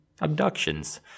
abductions